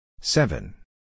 seven